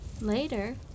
Later